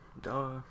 Duh